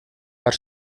part